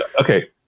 okay